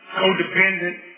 codependent